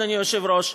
אדוני היושב-ראש,